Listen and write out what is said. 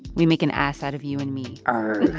we make an ass out of you and me erg